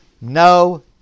no